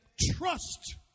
Trust